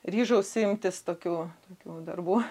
ryžausi imtis tokių tokių darbų